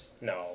No